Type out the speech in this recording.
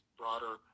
broader